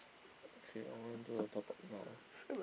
okay I want do a top up now